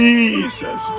Jesus